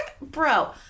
bro